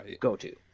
go-to